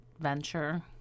venture